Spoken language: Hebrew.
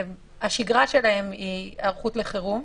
השגרה שלהם היא היערכות לחירום,